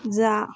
जा